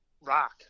rock